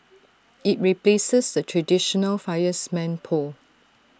IT replaces the traditional fireman's pole